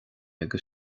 agus